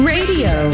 Radio